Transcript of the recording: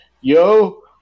Yo